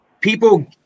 people